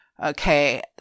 Okay